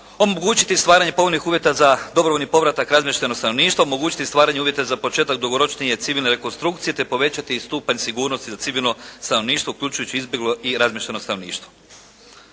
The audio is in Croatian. omogućiti stvaranje povoljnih uvjeta za dobrovoljni povratak …/Govornik se ne razumije./… stanovništva, omogućiti stvaranje uvjeta za početak dugoročnije civilne rekonstrukcije te povećati stupanj sigurnosti za civilno stanovništvo uključujući izbjeglo i razmješteno stanovništvo.